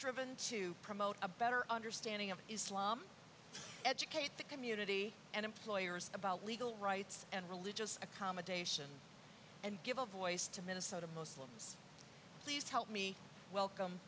striven to promote a better understanding of islam educate the community and employers about legal rights and religious accommodation and give a voice to minnesota muslims please help me welcome